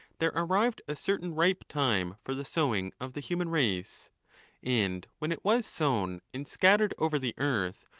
there arrived a certain ripe time for the sowing of the human race and when it was sown and scattered over the earth,